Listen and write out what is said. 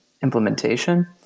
implementation